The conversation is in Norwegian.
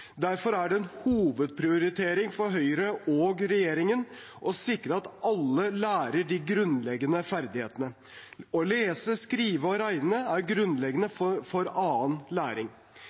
Derfor er det en hovedprioritering for Høyre og regjeringen å sikre at alle lærer de grunnleggende ferdighetene. Å lese, skrive og regne er grunnleggende for annen læring.